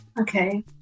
Okay